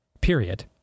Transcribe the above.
period